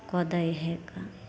कऽ दै हइ कऽ